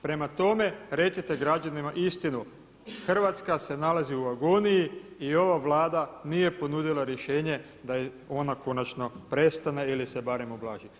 Prema tome, recite građanima istinu Hrvatska se nalazi u agoniji i ova Vlada nije ponudila rješenje da ona konačno prestane ili se barem ublaži.